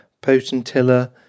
Potentilla